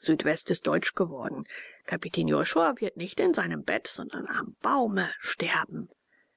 südwest ist deutsch geworden kapitän josua wird nicht in seinem bett sondern am baume sterben